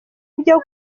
byo